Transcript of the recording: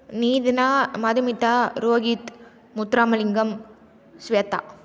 Nithina Madhumitha Rohit Muthuramalingam Swetha